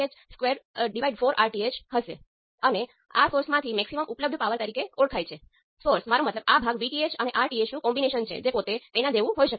એવી જ રીતે બીજા એક્સપ્રેશનમાં I2 h21 × I1 તેથી આ ડાઈમેન્સનલેસ h21 હોવું જોઈએ